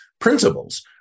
principles